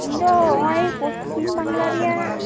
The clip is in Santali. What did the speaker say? ᱤᱧ ᱫᱚ ᱱᱚᱜᱼᱚᱭ ᱯᱚᱥᱪᱷᱤᱢ ᱵᱟᱝᱞᱟ ᱨᱮᱭᱟᱜ